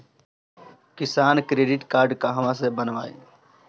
किसान credit card कहवा से बनवाई?